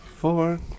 four